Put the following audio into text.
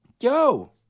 yo